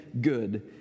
good